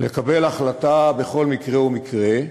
לקבל החלטה בכל מקרה ומקרה,